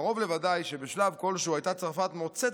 קרוב לוודאי שבשלב כלשהו הייתה צרפת מוצאת